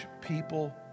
people